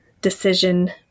decision